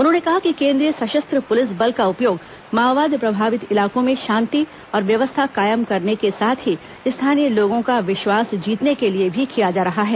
उन्होंने कहा कि केंद्रीय सशस्त्र पुलिस बल का उपयोग माओवाद प्रभावित इलाकों में शांति और व्यवस्था कायम करने के साथ ही स्थानीय लोगों का विश्वास जीतने के लिए भी किया जा रहा है